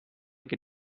get